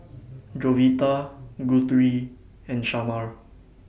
Jovita Guthrie and Shamar